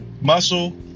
muscle